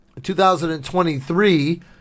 2023